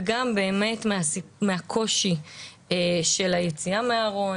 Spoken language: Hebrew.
וגם באמת מהקושי של היציאה מהארון,